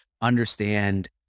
understand